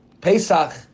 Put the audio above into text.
Pesach